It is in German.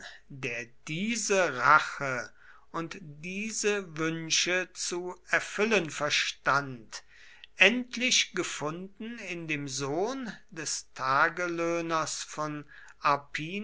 der diese rache und diese wünsche zu erfüllen verstand endlich gefunden in dem sohn des tagelöhners von